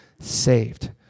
saved